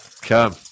Come